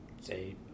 say